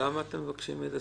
למה אתם מבקשים את זה?